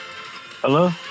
Hello